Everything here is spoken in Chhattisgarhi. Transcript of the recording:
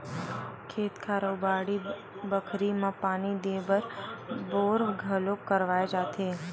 खेत खार अउ बाड़ी बखरी म पानी देय बर बोर घलोक करवाए जाथे